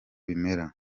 bimera